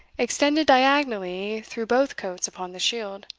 extended diagonally through both coats upon the shield.